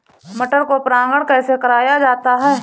मटर को परागण कैसे कराया जाता है?